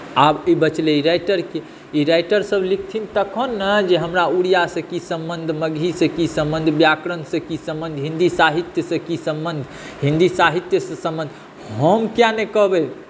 आब ई बचलै राइटरके ई राइटर सभ लिखथिन तखन ने जे हमरा उड़ियासँ की सम्बन्ध मगहीसँ की सम्बन्ध व्याकरणसँ की सम्बन्ध हिन्दी साहित्यसँ की सम्बन्ध हिन्दी साहित्यसँ सम्बन्ध हम किया नहि कहबै